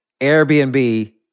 Airbnb